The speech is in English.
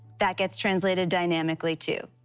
that gets translated dynamically too.